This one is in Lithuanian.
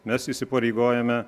mes įsipareigojome